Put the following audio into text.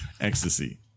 ecstasy